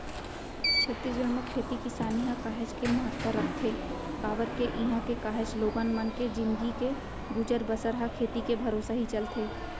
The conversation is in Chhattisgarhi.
छत्तीसगढ़ म खेती किसानी ह काहेच के महत्ता रखथे काबर के इहां के काहेच लोगन मन के जिनगी के गुजर बसर ह खेती के भरोसा ही चलथे